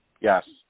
Yes